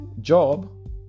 job